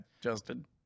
Justin